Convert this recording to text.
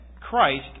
Christ